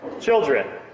Children